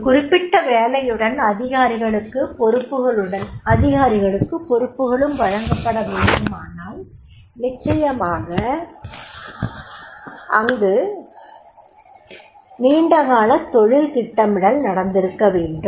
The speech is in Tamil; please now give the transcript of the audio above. ஒரு குறிப்பிட்ட வேலையுடன் அதிகாரிகளுக்கு பொறுப்புகளும் வழங்கப்பட வேண்டுமானால் நிச்சயமாக அங்கு நீண்டகால தொழில் திட்டமிடல் நடந்திருக்க வேண்டும்